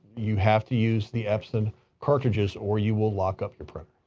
you have to use the epson cartridges or you will lock up your printer.